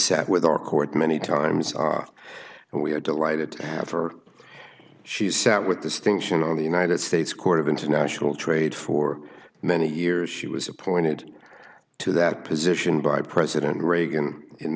sat with our court many times and we are delighted to have her she sat with distinction on the united states court of international trade for many years she was appointed to that position by president reagan in